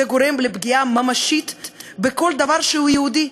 זה גורם לפגיעה ממשית בכל דבר שהוא יהודי.